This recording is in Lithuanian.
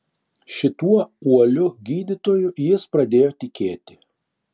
šituo uoliu gydytoju jis pradėjo tikėti